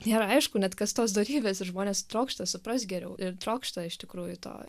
nėra aišku net kas tos dorybės ir žmonės trokšta suprast geriau ir trokšta iš tikrųjų to